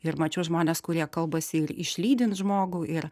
ir mačiau žmones kurie kalbasi ir išlydint žmogų ir